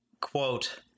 Quote